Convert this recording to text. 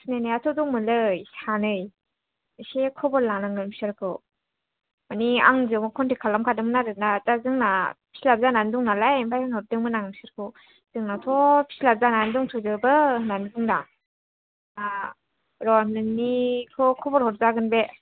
सिनायनायाथ' दंमोनलै सानै एसे खबर लानांगोन बिसोरखौ माने आंजोंबो कनटेक खालाम खादोंमोन आरोना दा जोंना फिलाप जानानै दं नालाय ओमफ्रय होनहरदोंमोन आं बिसोरखौ जोंनावथ' फिलाप जानानै दंथ'जोबो होन्नानै बुंदों र' नोंनिखौ खबर हरजागोन बे